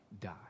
die